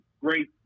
great